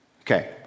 Okay